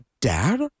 dad